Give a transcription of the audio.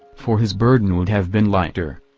for his burden would have been lighter.